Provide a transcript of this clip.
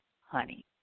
honey